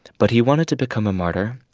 but he wanted to become a martyr,